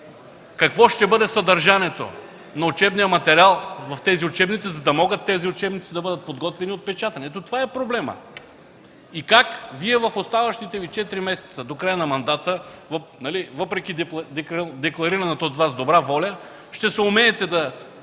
какво ще бъде съдържанието на учебния материал в тези учебници, за да може да бъде подготвено отпечатването им. Това е проблемът. И как Вие в оставащите Ви четири месеца до края на мандата, въпреки декларираната от Вас добра воля, ще съумеете да